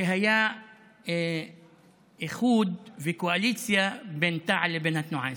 שהיה איחוד וקואליציה בין תע"ל לבין התנועה האסלאמית.